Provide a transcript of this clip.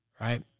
right